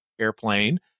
airplane